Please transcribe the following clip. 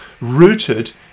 rooted